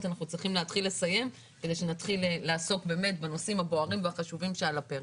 אנחנו צריכים לסיים כדי שנתחיל לעסוק בנושאים הבוערים והחשובים שעל הפרק.